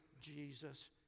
Jesus